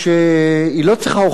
ואם חוזרים עליה מספיק פעמים,